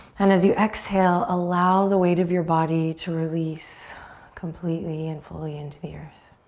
and as you exhale, allow the weight of your body to release completely and fully into the earth.